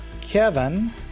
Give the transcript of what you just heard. Kevin